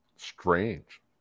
Strange